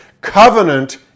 Covenant